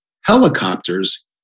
helicopters